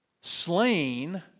slain